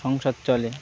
সংসার চলে